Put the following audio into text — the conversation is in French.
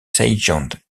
zhejiang